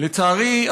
לצערי,